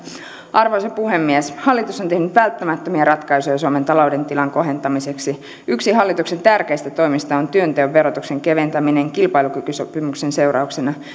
arvoisa puhemies hallitus on tehnyt välttämättömiä ratkaisuja suomen talouden tilan kohentamiseksi yksi hallituksen tärkeistä toimista on työnteon verotuksen keventäminen kilpailukykysopimuksen seurauksena